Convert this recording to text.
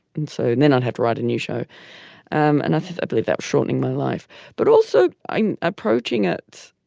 and so then i'd have to write a new show and i believe that shortening my life but also i'm approaching it.